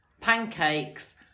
pancakes